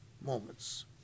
moments